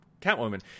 Catwoman